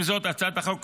עם זאת, הצעת החוק